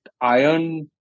iron